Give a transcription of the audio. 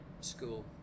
school